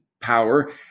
power